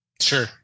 Sure